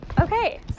okay